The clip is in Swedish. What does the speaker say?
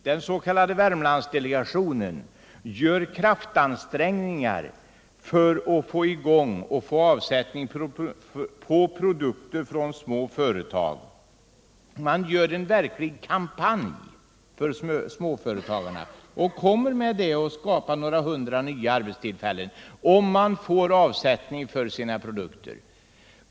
Den s.k. Värmlandsdelegationen gör kraftansträngningar för att småföretagen skall kunna få avsättning för sina produkter. Det pågår en verklig kampanj för småföretagarna, och det kommer också att kunna skapas några hundra nya arbetstillfällen, om man får avsättning för produkterna.